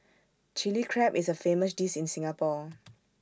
Chilli Crab is A famous dish in Singapore